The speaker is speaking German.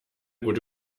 gute